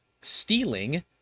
stealing